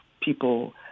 people